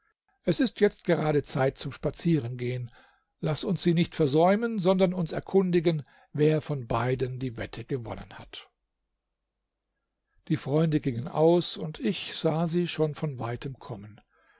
es ist jetzt gerade zeit zum spazierengehen laß uns sie nicht versäumen sondern uns erkundigen wer von beiden die wette gewonnen hat die freunde gingen aus und ich sah sie schon von weitem kommen